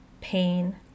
pain